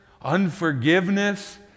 unforgiveness